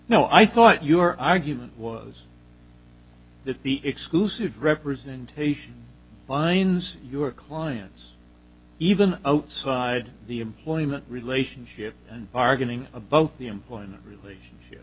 no i thought your argument was that the exclusive representation fines your clients even outside the employment relationship and bargaining a boat the employment relationship